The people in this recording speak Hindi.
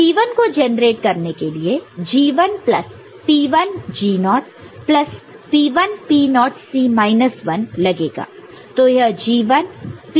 C1 को जनरेट करने के लिए G1 plus P1 G0 nought naught plus P1 P0 nought naught C minus 1 लगेगा